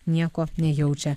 nieko nejaučia